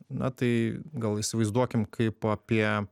na tai gal įsivaizduokim kaip apie